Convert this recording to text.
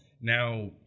Now